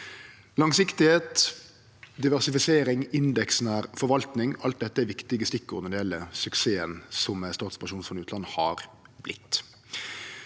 Langsiktigheit, diversifisering, indeksnær forvalting – alt dette er viktige stikkord når det gjeld suksessen som Statens pensjonsfond utland har vorte.